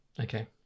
Okay